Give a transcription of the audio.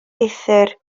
uthr